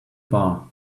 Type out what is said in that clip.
bar